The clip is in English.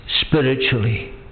spiritually